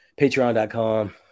Patreon.com